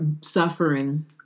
suffering